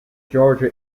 georgia